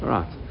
Right